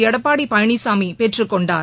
எடப்பாடி பழனிசாமி பெற்றுக் கொண்டார்